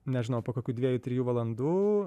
nežinau po kokių dviejų trijų valandų